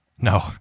No